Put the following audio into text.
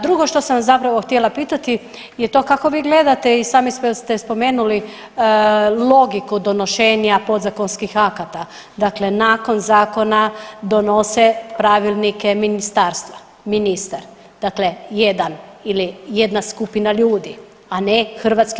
Drugo što sam vas zapravo htjela pitati je to kako vi gledate i sami ste spomenuli logiku donošenja podzakonskih akata, dakle nakon zakona donose pravilnike ministarstva ministar, dakle jedan ili jedna skupina ljudi, a ne HS.